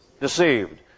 Deceived